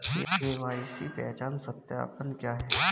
KYC पहचान सत्यापन क्या है?